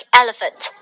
elephant